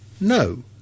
No